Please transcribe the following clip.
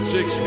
Six